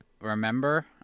Remember